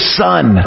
son